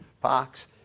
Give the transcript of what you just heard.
Pox